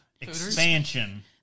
expansion